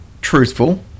truthful